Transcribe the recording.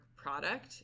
Product